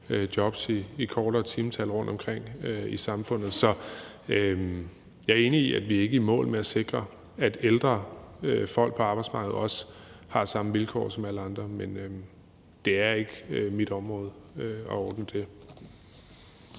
jobs i kortere timetal rundtomkring i samfundet. Så jeg er enig i, at vi ikke er i mål med at sikre, at ældre folk på arbejdsmarkedet også har de samme vilkår som alle andre, men det er ikke mit område at ordne det.